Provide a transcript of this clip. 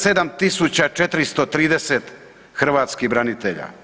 76430 hrvatskih branitelja.